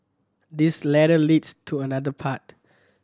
this ladder leads to another path